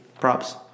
props